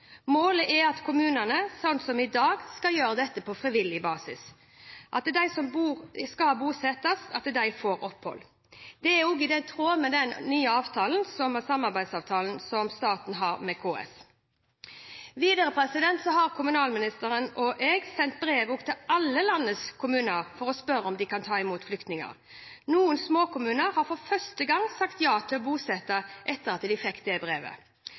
Målet er at kommunene, slik som i dag, på frivillig basis skal bosette alle som har fått opphold. Dette er i tråd med den nye samarbeidsavtalen som staten har med KS. Videre har kommunalministeren og jeg sendt brev til alle landets kommuner for å spørre om de kan ta imot flyktninger. Noen små kommuner har for første gang sagt ja til å bosette, etter at de fikk det brevet.